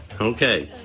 Okay